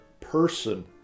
person